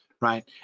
right